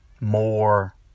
more